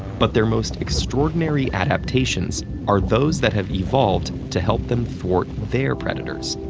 but their most extraordinary adaptations are those that have evolved to help them thwart their predators.